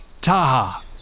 Taha